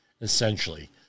essentially